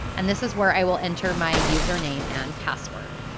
and this is where i will enter my username and password.